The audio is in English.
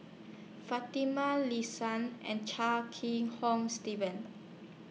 Fatimah and Chia Kiah Hong Steven